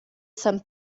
san